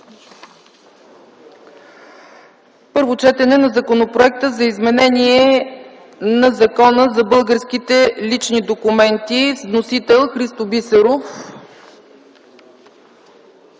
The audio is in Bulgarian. Първо четене на Законопроекта за изменение на Закона за българските лични документи. Вносител е Христо Бисеров.